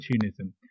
opportunism